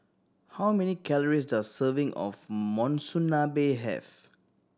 how many calories does a serving of Monsunabe have